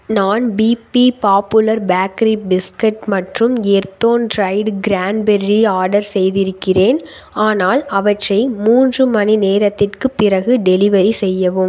நான் B P popular bakery biscuit மற்றும் எர்தோன் ட்ரைடு க்ரான்பெர்ரி ஆர்டர் செய்திருக்கிறேன் ஆனால் அவற்றை மூன்று மணி நேரத்திற்குப் பிறகு டெலிவரி செய்யவும்